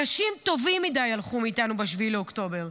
אנשים טובים מדי הלכו מאיתנו ב-7 באוקטובר,